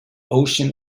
ocean